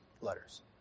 letters